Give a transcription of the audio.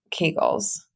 Kegels